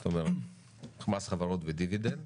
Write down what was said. זאת אומרת מס חברות ודיבידנד,